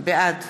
בעד